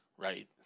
right